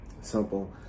Simple